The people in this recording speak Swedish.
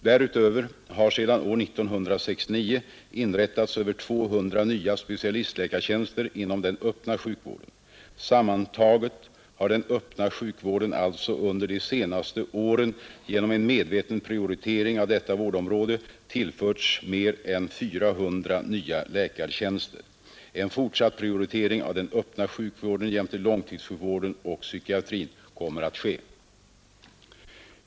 Därutöver har sedan ar 1969 inrättats över 200 nya specialistläkartjänster inom den öppna sjukvården. Sammantaget har den öppna sjukvården alltsa under de senaste ären genom en medveten prioritering av detta vårdområde tillförts mer än 400 nya läkartjänster. En fortsatt prioritering av den öppna sjukvården jämte långtidssjukvården och psykiatrin kommer att ske.